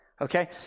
Okay